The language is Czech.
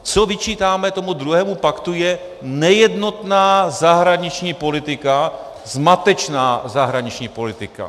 Co vyčítáme tomu druhému paktu, je nejednotná zahraniční politika, zmatečná zahraniční politika.